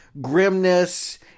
grimness